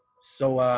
so, ah,